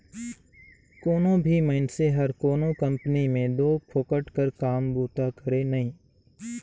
कोनो भी मइनसे हर कोनो कंपनी में दो फोकट कर काम बूता करे नई